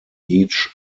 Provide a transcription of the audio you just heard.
each